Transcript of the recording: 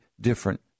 different